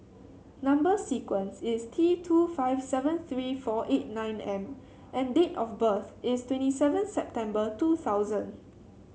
number sequence is T two five seven three four eight nine M and date of birth is twenty seven September two thousand